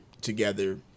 together